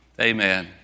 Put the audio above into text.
Amen